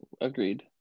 Agreed